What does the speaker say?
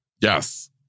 Yes